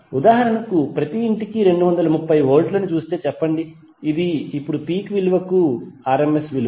ఉదాహరణకు ప్రతి ఇంటికి 230 వోల్ట్లని చూస్తే చెప్పండి ఇది ఇప్పుడు పీక్ విలువకు rms విలువ